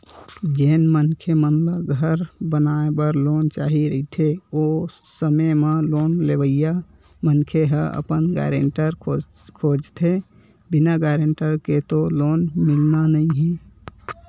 जेन मनखे मन ल घर बनाए बर लोन चाही रहिथे ओ समे म लोन लेवइया मनखे ह अपन गारेंटर खोजथें बिना गारेंटर के तो लोन मिलना नइ हे